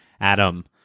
Adam